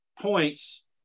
points